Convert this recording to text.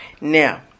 now